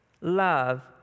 Love